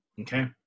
Okay